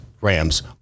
Rams